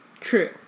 True